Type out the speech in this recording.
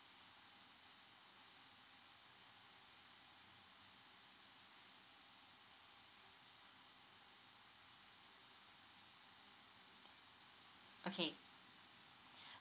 okay